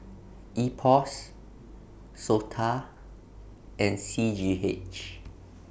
Ipos Sota and C G H